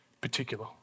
particular